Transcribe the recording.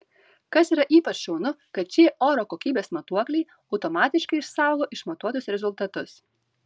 kas yra ypač šaunu kad šie oro kokybės matuokliai automatiškai išsaugo išmatuotus rezultatus